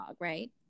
right